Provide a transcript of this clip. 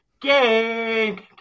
game